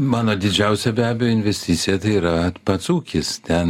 mano didžiausia be abejo investicija tai yra pats ūkis ten